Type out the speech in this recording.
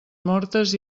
mortes